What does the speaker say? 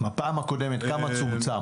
בפעם הקודמת, כמה צומצם?